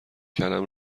کلم